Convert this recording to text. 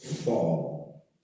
fall